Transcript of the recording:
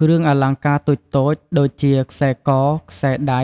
គ្រឿងអលង្ការតូចៗ ដូចជា ខ្សែក ខ្សែដៃ